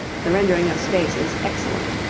the rendering of space is excellent.